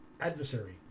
adversary